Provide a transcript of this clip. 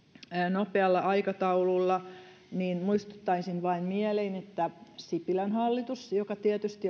nopealla aikataululla niin muistuttaisin vain mieliin että sipilän hallitus joka tietysti